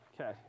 Okay